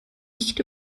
nicht